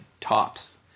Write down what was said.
tops